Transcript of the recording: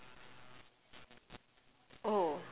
oh